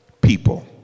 people